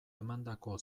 emandako